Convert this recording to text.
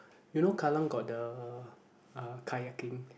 you know Kallang got the uh kayaking